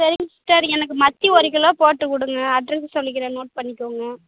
சரிங்க சிஸ்டர் எனக்கு மத்தி ஒரு கிலோ போட்டு கொடுங்க அட்ரெஸ்ஸு சொல்லிக்கிறேன் நோட் பண்ணிக்கோங்க